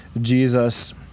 Jesus